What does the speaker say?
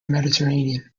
mediterranean